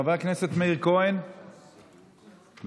חבר הכנסת מאיר כהן, בבקשה.